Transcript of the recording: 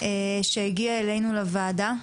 שהגיע אלינו לוועדה.